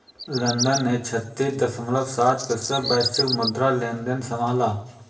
London ने छत्तीस दश्मलव सात प्रतिशत वैश्विक मुद्रा लेनदेन संभाला